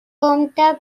compta